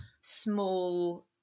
small